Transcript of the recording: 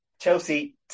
Chelsea